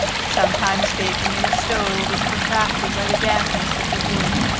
sometimes baking in a stove, is protracted by the dampness of the wood.